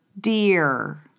dear